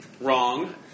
Wrong